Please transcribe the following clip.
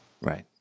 Right